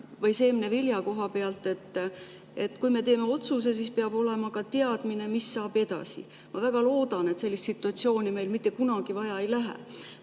ja seemnevilja kohta. Kui me teeme otsuse, siis peab olema ka teadmine, mis saab edasi. Ma väga loodan, et sellist situatsiooni meil mitte kunagi ei tule,